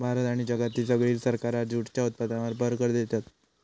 भारत आणि जगातली सगळी सरकारा जूटच्या उत्पादनावर भर देतत